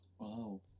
Wow